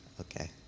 okay